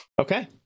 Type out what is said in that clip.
okay